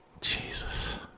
Jesus